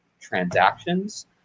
transactions